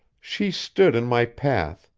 she stood in my path,